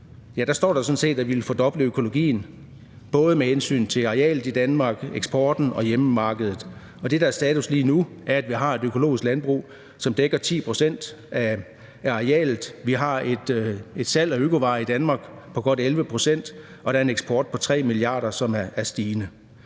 står der sådan set, at vi vil fordoble økologien, både med hensyn til arealet i Danmark, eksporten og hjemmemarkedet. Det, der er status lige nu, er, at vi har et økologisk landbrug, som dækker 10 pct. af arealet. Vi har et salg af økovarer i Danmark på godt 11 pct., og der er en eksport på 3 mia. kr., som er stigende.